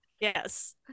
Yes